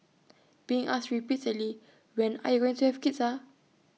being asked repeatedly when are you going to have kids ah